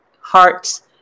hearts